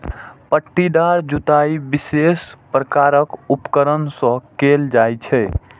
पट्टीदार जुताइ विशेष प्रकारक उपकरण सं कैल जाइ छै